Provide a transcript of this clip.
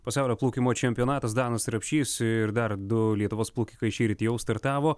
pasaulio plaukimo čempionatas danas rapšys ir dar du lietuvos plaukikai šįryt jau startavo